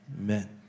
Amen